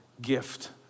gift